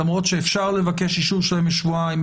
למרות שאפשר לבקש אישור שלהם לשבועיים.